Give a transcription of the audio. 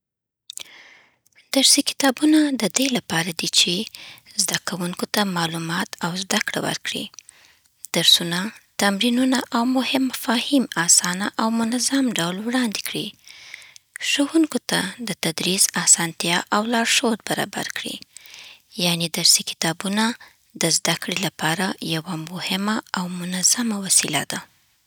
درسي کتابونه د دې لپاره دي چې: زده‌کوونکو ته معلومات او زده‌کړه ورکړي. درسونه، تمرینونه او مهم مفاهیم اسانه او منظم ډول وړاندې کړي. ښوونکو ته د تدریس اسانتیا او لارښود برابر کړي. یعنې، درسي کتابونه د زده‌کړې لپاره یوه مهمه او منظمه وسیله ده.